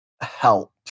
help